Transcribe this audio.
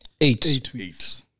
Eight